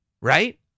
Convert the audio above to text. right